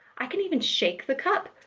i can even shake the cup!